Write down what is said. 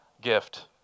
gift